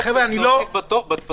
אני מבקשת לומר